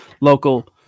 local